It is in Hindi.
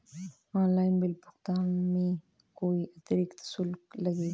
ऑनलाइन बिल भुगतान में कोई अतिरिक्त शुल्क लगेगा?